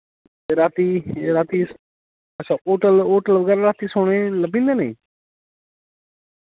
ते राती राती अच्छा होटल होटल बगैरा राती सोने लब्बी जंदे नेईं